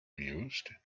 mused